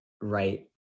right